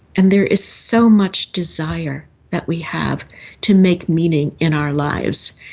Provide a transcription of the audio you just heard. and there is so much desire that we have to make meaning in our lives.